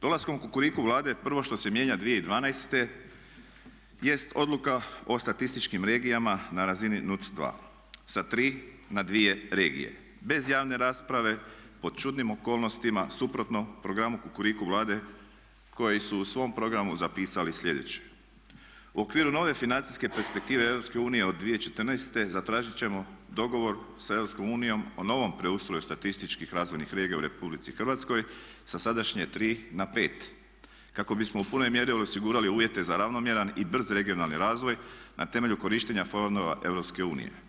Dolaskom Kukuriku Vlade prvo što se mijenja 2012. jest Odluka o statističkim regijama na razini NUTS 2. Sa 3 na 2 regije bez javne rasprave, pod čudnim okolnostima, suprotno programu Kukuriku Vlade koji su u svom programu zapisali sljedeće: "U okviru nove financijske perspektive EU od 2014. zatražit ćemo dogovor sa EU o novom preustroju statističkih razvojnih regija u RH sa sadašnje 3 na 5 kako bismo u punoj mjeri osigurali uvjete za ravnomjeran i brz regionalni razvoj na temelju korištenja fondova EU.